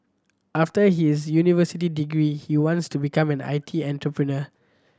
after his university degree he wants to become an I T entrepreneur